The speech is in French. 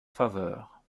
faveur